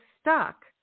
stuck